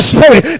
Spirit